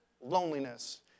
loneliness